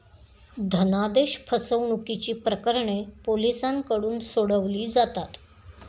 धनादेश फसवणुकीची प्रकरणे पोलिसांकडून सोडवली जातात